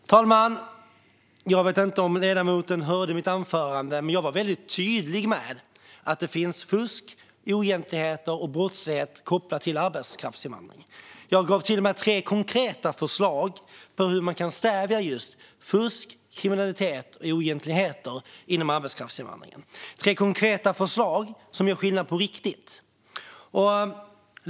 Fru talman! Jag vet inte om ledamoten hörde mitt anförande, men jag var väldigt tydlig med att det finns fusk, oegentligheter och brottslighet kopplat till arbetskraftsinvandring. Jag gav till och med tre konkreta förslag på hur man kan stävja just fusk, kriminalitet och oegentligheter inom arbetskraftsinvandringen. Det är tre konkreta förslag som gör skillnad på riktigt.